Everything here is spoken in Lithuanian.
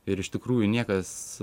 ir iš tikrųjų niekas